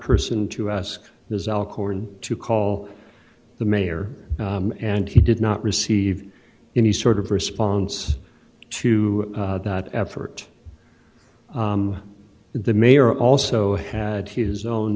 person to ask this al cord to call the mayor and he did not receive any sort of response to that effort the mayor also had his own